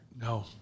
No